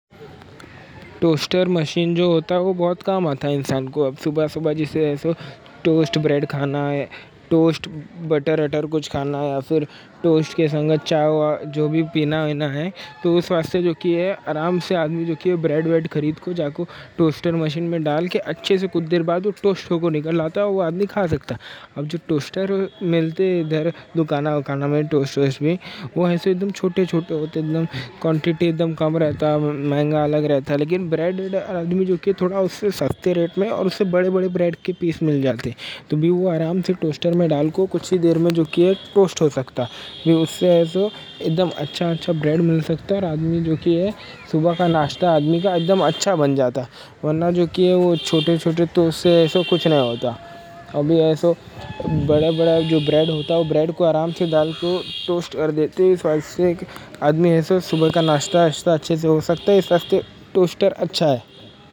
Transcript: توسٹر مشین جو ہوتا، وہ بہت کام آتا انسان کو۔ صبح صبح جیسے ٹوسٹ بریڈ کھانا ہے، ٹوسٹ بٹر اٹر کچھ کھانا ہے، یا پھر ٹوسٹ کے سنگ چائے جو بھی پینا ہے، تو اس واسطے آرام سے آدمی بریڈ ویڈ خرید کے توسٹر مشین میں ڈال کے، اچھے سے کچھ دیر بعد وہ ٹوسٹ ہو کے نکل آتا، وہ آدمی کھا سکتا۔ اب جو توسٹر ملتے دکانا وکانا میں، توسٹرز بھی ایسے ایدم چھوٹے چھوٹے ہوتے، کوانٹیٹی ایدم کم رہتا، مہنگا الگ رہتا۔ لیکن بریڈ آدمی جو ہے، تھوڑا اس سے سستے ریٹ میں اور اس سے بڑے بڑے بریڈ کے پیس مل جاتے، تو بھی وہ آرام سے توسٹر میں ڈال کے کچھ دیر میں ٹوسٹ ہو سکتا۔ اس سے ایدم اچھا اچھا بریڈ مل سکتا، آدمی جو ہے صبح کا ناشتہ ایدم اچھا بن جاتا۔ بڑے بڑے جو بریڈ ہوتے، وہ بریڈ کو آرام سے ڈال کے ٹوسٹ کر دیتے، اس واسطے ایک آدمی کا صبح کا ناشتہ اچھا ہو سکتا۔ اس واسطے توسٹر اچھا ہے۔